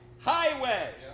highway